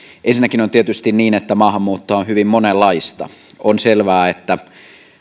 ensinnäkin on tietysti niin että maahanmuuttoa on hyvin monenlaista on selvää että